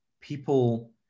people